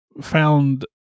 found